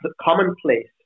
commonplace